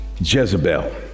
Jezebel